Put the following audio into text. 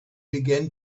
began